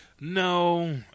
No